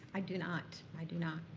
i do not, i do not.